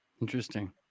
Interesting